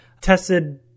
tested